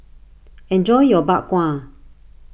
enjoy your Bak Kwa